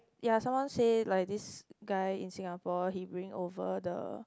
ya someone say like this guy in Singapore he bring over the